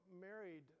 married